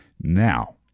Now